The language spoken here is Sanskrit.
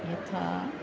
यथा